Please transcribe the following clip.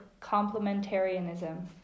complementarianism